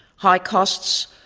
high costs,